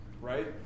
right